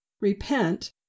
repent